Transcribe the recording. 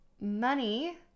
money